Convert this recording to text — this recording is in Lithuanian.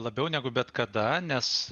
labiau negu bet kada nes